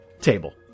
Table